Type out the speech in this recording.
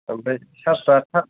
ओमफ्राय सार्जफ्रा